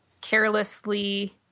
carelessly